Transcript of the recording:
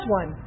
one